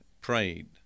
prayed